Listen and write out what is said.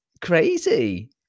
crazy